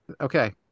Okay